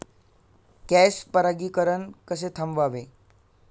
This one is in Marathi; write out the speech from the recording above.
क्रॉस परागीकरण कसे थांबवावे?